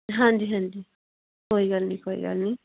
ਹਾਂਜੀ ਹਾਂਜੀ ਕੋਈ ਗੱਲ ਨਹੀਂ ਕੋਈ ਗੱਲ ਨਹੀਂ